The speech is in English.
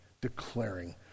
declaring